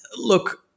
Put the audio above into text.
look